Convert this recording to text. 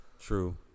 True